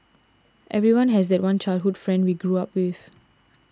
everyone has that one childhood friend we grew up with